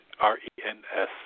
R-E-N-S